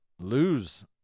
lose